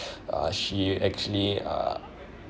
uh she actually uh